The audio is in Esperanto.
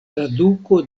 traduko